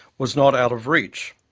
was not out of reach.